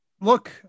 look